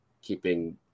keeping